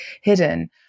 hidden